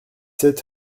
sept